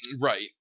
Right